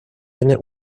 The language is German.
eine